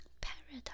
Paradise